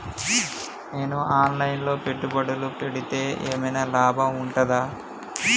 నేను online లో పెట్టుబడులు పెడితే ఏమైనా లాభం ఉంటదా?